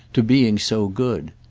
to being so good.